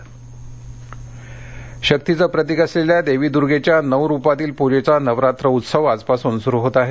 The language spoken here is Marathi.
नवरात्री शक्तिचं प्रतीक असलेल्या देवी दुर्गेच्या नउ रुपातील पूजेचा नवरात्र उत्सव आजपासून सुरु होत आहे